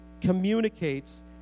communicates